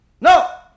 No